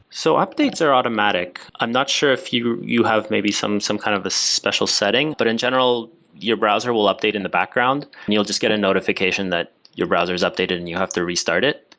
so updates are automatic. i'm not sure if you you have maybe some some kind of a special setting, but in general your browser will update in the background and you'll just get a notification that your browser is updated and you have to restart it.